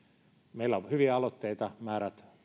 meillä on hyviä aloitteita määrät